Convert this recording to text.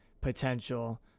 potential